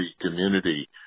community